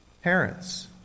Parents